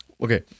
Okay